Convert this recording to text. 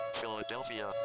Philadelphia